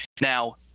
Now